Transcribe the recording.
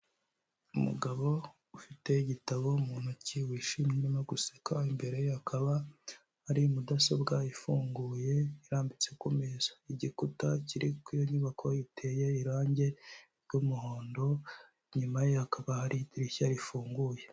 Umugabo ufite igitabo mu ntoki wishimye uri no guseka imbere ye hakaba hari mudasobwa ifunguye irambitse kumeza, igikuta kiri kuri iyo nyubako iteye irangi ry'umuhondo, inyuma ye hakaba hari idirishya rifunguye.